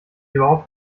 überhaupt